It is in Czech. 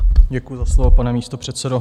Děkuju za slovo, pane místopředsedo.